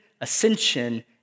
ascension